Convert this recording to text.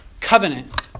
covenant